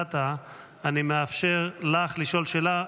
אני מאפשר לך לשאול שאלה.